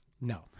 No